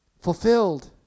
fulfilled